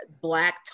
black